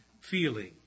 feeling